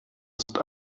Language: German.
ist